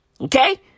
Okay